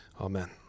Amen